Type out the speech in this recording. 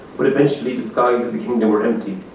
but eventually the skies of the kingdom were empty.